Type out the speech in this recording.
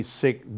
sick